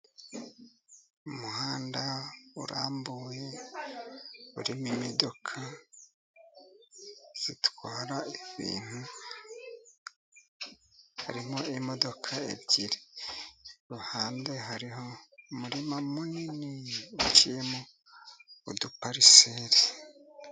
Umuhanda urambuye urimo imodoka zitwara ibintu. Harimo imodoka ebyiri. Iruhande hariho umurima munini uciyemo udupariseri.